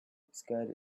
obscured